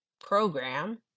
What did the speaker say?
program